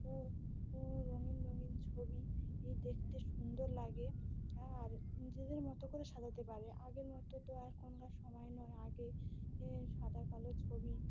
ও রঙিন রঙিন ছবি এই দেখতে সুন্দর লাগে আর নিজেদের মতো করে সাজাতে পারে আগের মতো তো এখনকার সময় নয় আগে সাদা কালো ছবি